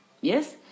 Yes